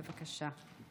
בבקשה.